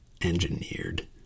Engineered